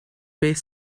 beth